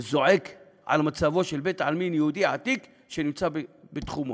וזעק על מצבו של בית-עלמין יהודי עתיק שנמצא בתחומו,